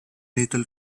lethal